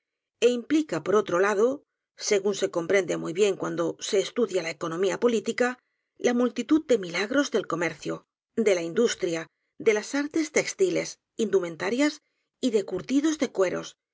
é implica por otro lado según se comprende muy bien cuando se estudia la economía política la multitud de milagros del comercio de la indus tria de las artes textiles indumentarias y de curti do de cueros